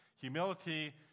Humility